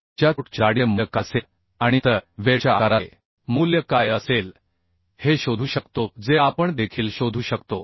च्या थ्रोट च्या जाडीचे मूल्य काय असेल आणि नंतर वेल्डच्या आकाराचे मूल्य काय असेल हे शोधू शकतो जे आपण देखील शोधू शकतो